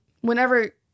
whenever